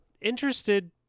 interested